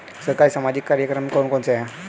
सरकारी सामाजिक कार्यक्रम कौन कौन से हैं?